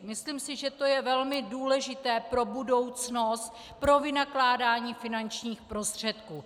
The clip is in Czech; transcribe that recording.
Myslím si, že to je velmi důležité pro budoucnost, pro vynakládání finančních prostředků.